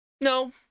no